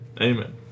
Amen